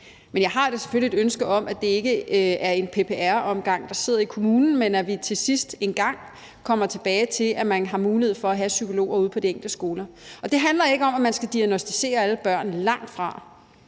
Men jeg har da selvfølgelig et ønske om, at det ikke er en omgang PPR'er, der sidder i kommunen, men at vi til sidst engang kommer tilbage til, at man har mulighed for at have psykologer ude på de enkelte skoler, og det handler ikke om, at man skal diagnosticere alle børn – langtfra.